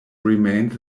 remained